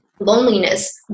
Loneliness